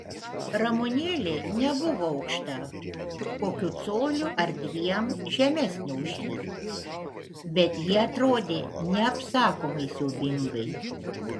ramunėlė nebuvo aukšta kokiu coliu ar dviem žemesnė už jį bet ji atrodė neapsakomai siaubingai